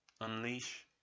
unleash